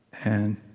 and